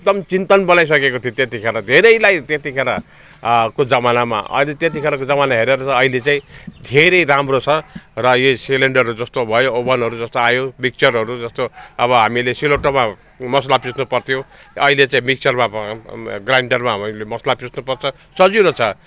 एकदम चिन्तन बनाइसकेको थियो त्यतिखेर धेरैलाई त्यतिखेर को जमानामा अनि त्यतिखेरको जमाना हेरेर त अहिले चाहिँ धेरै राम्रो छ र यो सिलिन्डर जस्तो भयो ओभरलोड जस्तो आयो पिक्चरहरू जस्तो अब हामीले सिलौटोमा मसला पिस्नु पर्थ्यो अहिले चाहिँ मिक्चरमा ग्राइन्डरमा हामीहरूले मसला पिस्नुपर्छ सजिलो छ